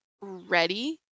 ready